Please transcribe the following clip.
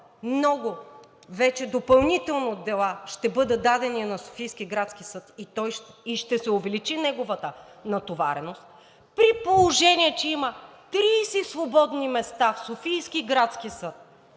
много вече допълнително дела ще бъдат дадени на Софийския градски съд и ще се увеличи неговата натовареност, при положение че има 30 свободни места в Софийския градски съд